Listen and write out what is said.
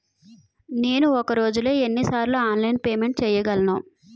నేను ఒక రోజులో ఎన్ని సార్లు ఆన్లైన్ పేమెంట్ చేయగలను?